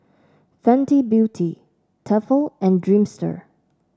Fenty Beauty Tefal and Dreamster